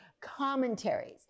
commentaries